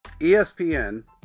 ESPN